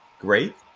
great